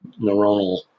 neuronal